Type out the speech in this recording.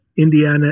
Indiana